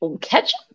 Ketchup